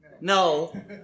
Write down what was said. No